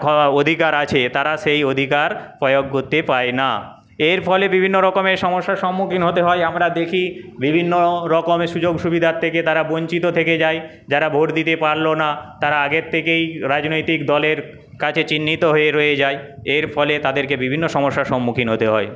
অধিকার আছে তারা সেই অধিকার প্রয়োগ করতে পায় না এর ফলে বিভিন্ন রকমের সমস্যার সন্মুখীন হতে হয় আমরা দেখি বিভিন্ন রকমের সুযোগ সুবিধার থেকে তারা বঞ্চিত থেকে যায় যারা ভোট দিতে পারল না তারা আগের থেকেই রাজনৈতিক দলের কাছে চিহ্নিত হয়ে রয়ে যায় এর ফলে তাদেরকে বিভিন্ন সমস্যার সন্মুখীন হতে হয়